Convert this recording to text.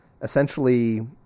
essentially